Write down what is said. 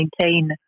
maintain